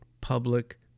public